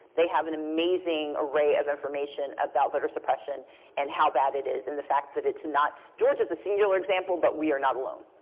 they have an amazing array of information about voter suppression and how bad it is and the fact that it's not george is a singular example, but we are not alone.